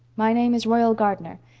my name is royal gardner.